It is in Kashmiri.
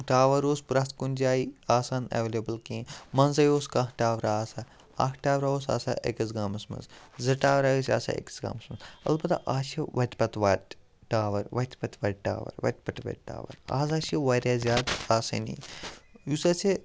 ٹاوَر اوس پرٛٮ۪تھ کُنہِ جایہِ آسان اولیبٕل کیٚنٛہہ منٛزٕے اوس کانٛہہ ٹاور آسان اکھ ٹاورَ اوس آسان أکِس گامَس منٛز زٕ ٹاور ٲسۍ آسان أکِس گامَس منٛز البتہ آز چھِ وَتہِ پَتہٕ وَتہِ ٹاوَر وَتہِ پَتہٕ وَتہِ ٹاوَر وَتہِ پَتہٕ وَتہِ ٹاوَر آز حظ چھِ واریاہ زیادٕ آسٲنی یُس اَسہِ